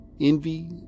envy